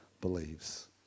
believes